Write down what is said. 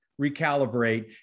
recalibrate